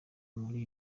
muri